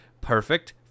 Perfect